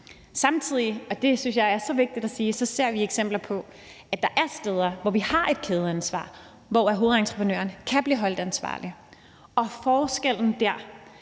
at sige – ser vi eksempler på, at der er steder, hvor vi har et kædeansvar, og hvor hovedentreprenøren kan blive holdt ansvarlig. Og det er forskellen dér.